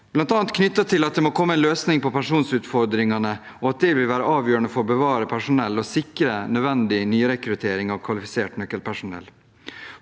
bl.a. knyttet til at det må komme en løsning på pensjonsutfordringene, og at det vil være avgjørende for å bevare personell og sikre nødvendig nyrekruttering av kvalifisert nøkkelpersonell.